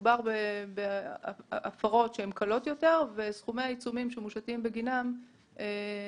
מדובר בהפרות קלות יותר שסכומי העיצומים שמושתים בגינן מותאמים.